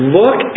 look